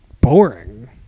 boring